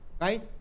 Right